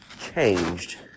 changed